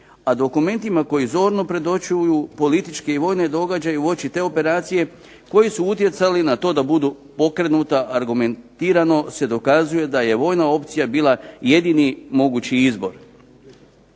a dokumentima koji zorno predočuju političke i vojne događaje uoči te operacije koji su utjecali na to da budu okrenuta argumentirano se dokazuje da je vojna opcija bila jedini mogući izbor.